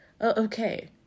okay